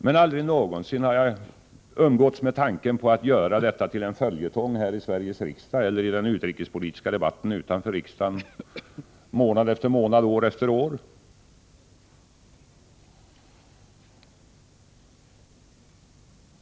Men aldrig någonsin har jag umgåtts med tanken på att göra detta till en följetong här i Sveriges riksdag eller i den utrikespolitiska debatten utanför riksdagen månad efter månad, år efter år.